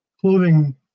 clothing